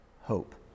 hope